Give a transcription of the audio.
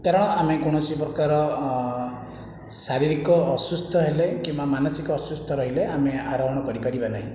କାରଣ ଆମେ କୌଣସି ପ୍ରକାର ଶାରୀରିକ ଅସୁସ୍ଥ ହେଲେ କିମ୍ବା ମାନସିକ ଅସୁସ୍ଥ ରହିଲେ ଆମେ ଆରୋହଣ କରି ପାରିବା ନାହିଁ